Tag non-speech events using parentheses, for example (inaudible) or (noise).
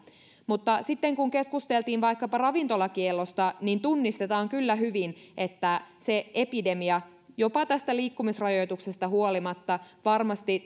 mutta sitten kun keskusteltiin vaikkapa ravintolakiellosta niin tunnistetaan kyllä hyvin että se epidemia jopa tästä liikkumisrajoituksesta huolimatta varmasti (unintelligible)